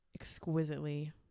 exquisitely